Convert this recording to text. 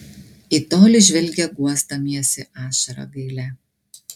į tolį žvelgia guosdamiesi ašara gailia